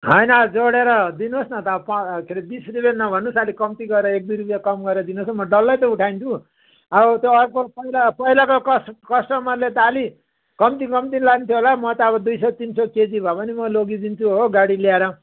होइन जोडेर दिनुहोस् न त पनि के अरे बिस रुपियाँ नभन्नुहोस् अलिक कम्ती गरेर एक दुई रुपियाँ कम गरेर दिनुहोस् म डल्लै त उठाइदिन्छु हौ त्यो अर्को पहिला पहिलाको कस्ट कस्टमरले त अलि कम्ती कम्ती लान्थ्यो होला म ता अब दुई सौ तिन सौ केजी भए पनि म लगिदिन्छु हो गाडी ल्याएर